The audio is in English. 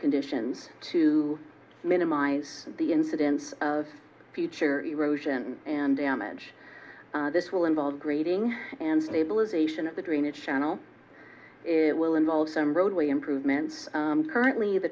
conditions to minimize the incidence of future erosion and damage this will involve grading and stabilization of the drainage channel it will involve some roadway improvements currently the